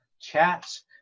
chats